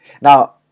Now